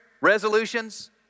resolutions